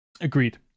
Agreed